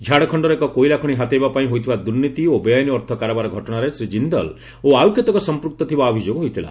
ଝାଡ଼ଖଣ୍ଡର ଏକ କୋଇଲାଖଣି ହାତେଇବା ପାଇଁ ହୋଇଥିବା ଦୁର୍ନୀତି ଓ ବେଆଇନ ଅର୍ଥ କାରବାର ଘଟଣାରେ ଶ୍ରୀ ଜିନ୍ଦଲ ଓ ଆଉ କେତେକ ସଂପୃକ୍ତ ଥିବା ଅଭିଯୋଗ ହୋଇଥିଲା